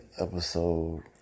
episode